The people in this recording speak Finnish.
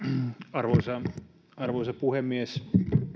arvoisa arvoisa puhemies